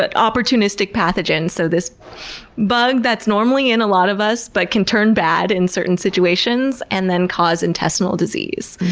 but opportunistic pathogen. so, this bug that's normally in a lot of us, but can turn bad in certain situations and then cause intestinal disease.